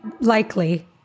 likely